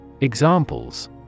Examples